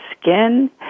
skin